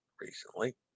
recently